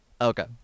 Okay